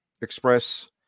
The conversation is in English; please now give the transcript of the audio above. express